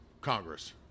Congress